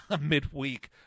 midweek